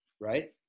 right